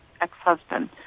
ex-husband